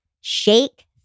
shake